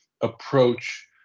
approach